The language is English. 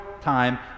time